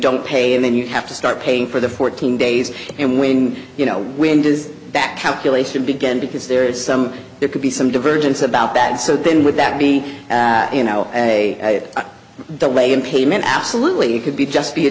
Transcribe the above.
don't pay and then you have to start paying for the fourteen days and when you know when does that calculation begin because there is some there could be some divergence about that so then would that be you know a delay in payment absolutely could be just be a